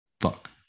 Fuck